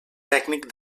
tècnic